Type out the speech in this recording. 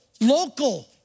local